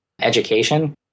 education